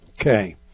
Okay